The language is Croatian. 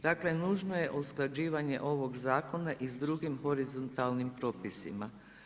Dakle, nužno je usklađivanje ovog zakona i s drugim horizontalnim propisima.